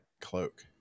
cloak